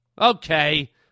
Okay